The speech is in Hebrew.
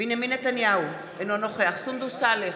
בנימין נתניהו, אינו נוכח סונדוס סאלח,